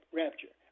rapture